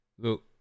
Look